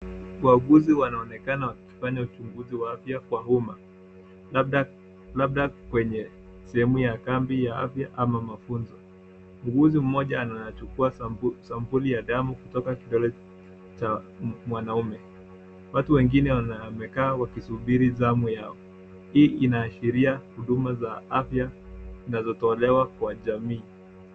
Waauguzi wanaonekana wakifanya uchunguzi wa afya kwa umma; labda kwenye sehemu ya kambi ya afya ama mafunzo. Muuguzi mmoja anachukua sampuli ya damu kutoka kidole cha mwanaume. Watu wengine wamekaa wakisubiri zamu yao. Hii inaashiria huduma za afya zinazotolewa kwa jamii.